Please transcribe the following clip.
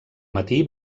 matí